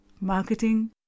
marketing